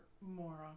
more